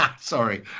Sorry